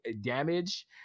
damage